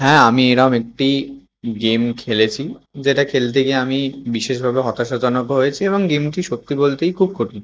হ্যাঁ আমি এরকম একটি গেম খেলেছি যেটা খেলতে গিয়ে আমি বিশেষভাবে হতাশাজনকও হয়েছি এবং গেমটি সত্যি বলতেই খুব কঠিন